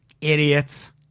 Idiots